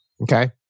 Okay